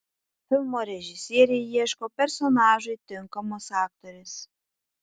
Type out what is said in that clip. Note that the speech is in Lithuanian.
filmo režisieriai ieško personažui tinkamos aktorės